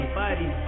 buddy